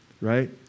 right